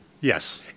Yes